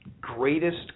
Greatest